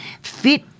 fit